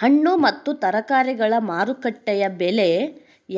ಹಣ್ಣು ಮತ್ತು ತರಕಾರಿಗಳ ಮಾರುಕಟ್ಟೆಯ ಬೆಲೆ